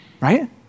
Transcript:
Right